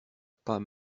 pas